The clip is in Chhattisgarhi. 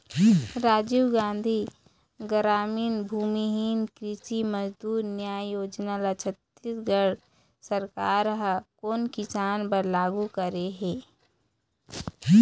राजीव गांधी गरामीन भूमिहीन कृषि मजदूर न्याय योजना ल छत्तीसगढ़ सरकार ह कोन किसान बर लागू करे हे?